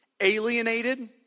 alienated